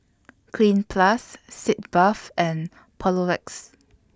Cleanz Plus Sitz Bath and Papulex